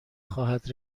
خواهد